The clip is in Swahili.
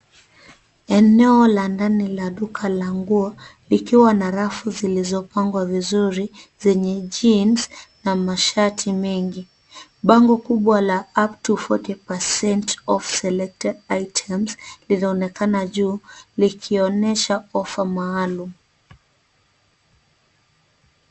Eneo la ndani la duka la nguo likiwa na rafu zilizopangwa vizuri zenye jeans na mashati mengi. Bango kubwa la, upto forty percent of selected items ,linaonekana juu likionyesha ofa maalum.